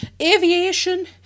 aviation